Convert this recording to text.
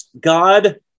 god